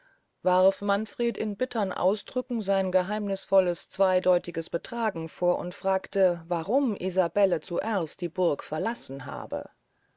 warf manfred in bittern ausdrücken sein geheimnißvolles zweideutiges betragen vor und fragte warum isabelle zuerst die burg verlassen habe